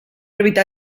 evitar